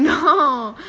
hello